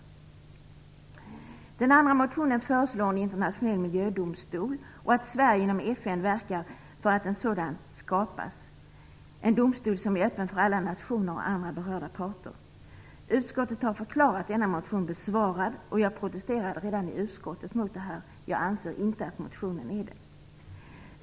I den andra motionen föreslår vi en internationell miljödomstol och att Sverige inom FN verkar för att en sådan skapas - en domstol som är öppen för alla nationer och andra berörda parter. Utskottet har förklarat denna motion besvarad, vilket jag redan i utskottet protesterade mot. Jag anser nämligen inte att motionen är besvarad.